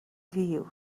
view